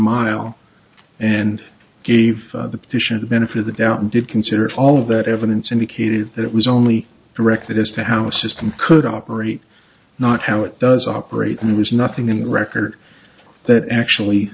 mile and gave the petition the benefit of the doubt and did consider all of that evidence indicated that it was only directed as to how system could operate not how it does operate and there was nothing in the record that actually